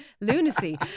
lunacy